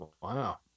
Wow